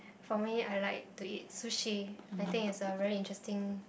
for me I like to eat sushi I think it's a very interesting